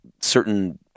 certain